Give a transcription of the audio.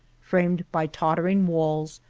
framed by tottering walls,